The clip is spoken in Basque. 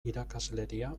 irakasleria